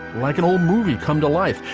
like an old movie come to life.